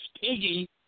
Piggy